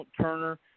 Turner